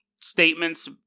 statements